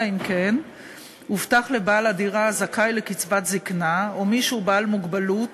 אלא אם כן הובטח לבעל הדירה הזכאי לקצבת זיקנה או למישהו בעל מוגבלות